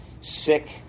sick